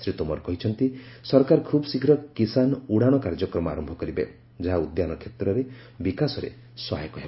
ଶ୍ରୀ ତୋମର କହିଛନ୍ତି ସରକାର ଖୁବ୍ଶୀଘ୍ର କିଷାନ ଉଡ଼ାଣ କାର୍ଯ୍ୟକ୍ରମ ଆରମ୍ଭ କରିବେ ଯାହା ଉଦ୍ୟାନ କ୍ଷେତ୍ରର ବିକାଶରେ ସହାୟକ ହେବ